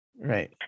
Right